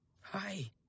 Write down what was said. Hi